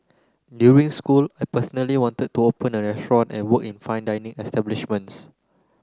during school I personally wanted to open a and work in fine dining establishments